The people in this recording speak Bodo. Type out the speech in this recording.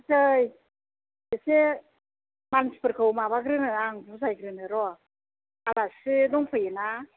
थांनोसै एसे मानसिफोरखौ माबाग्रोनो आं बुजायग्रोनो र' आलासि दंफैयोना